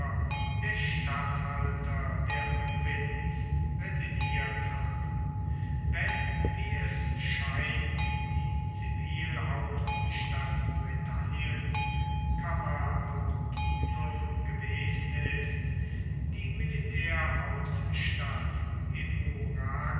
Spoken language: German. der statthalter der provinz residiert hat wenn wie es scheint die zivilhauptstadt britanniens camalodunum gewesen ist die militärhauptstadt